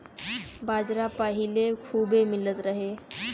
बाजरा पहिले खूबे मिलत रहे